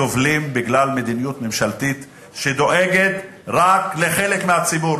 סובלים בגלל מדיניות ממשלתית שדואגת רק לחלק מהציבור,